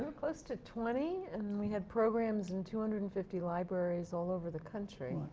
close to twenty and we had programs in two hundred and fifty libraries all over the country.